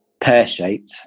pear-shaped